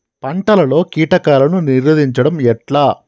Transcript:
పంటలలో కీటకాలను నిరోధించడం ఎట్లా?